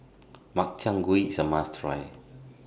Makchang Gui IS A must Try